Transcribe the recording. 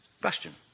question